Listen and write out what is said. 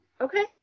okay